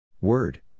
Word